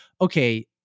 okay